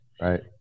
right